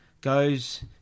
Goes